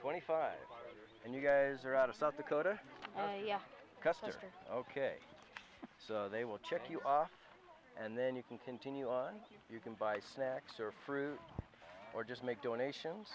twenty five and you guys are out of south dakota yes custer ok they will check you off and then you can continue on you can buy snacks or fruit or just make donations